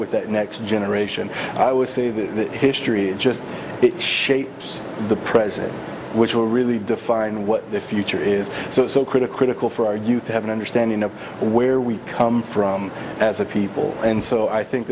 with that next generation i would say that that history it just it shapes the present which will really define what the future is so critical critical for our youth to have an understanding of where we come from as a people and so i